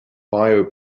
bio